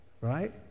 right